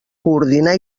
coordinar